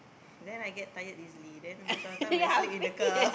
then I get tired easily then most of the time I sleep in the car